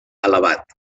elevat